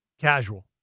casual